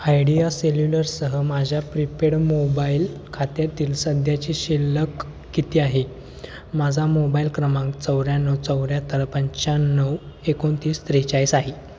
Idea सेल्युलरसह माझ्या prepaid mobile खात्यातील सध्याची शिल्लक किती आहे माझा मोबाईल क्रमांक चौऱ्याण्णव चौऱ्याहत्तर पंच्याण्णव एकोणतीस त्रेचाळीस आहे